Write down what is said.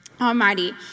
Almighty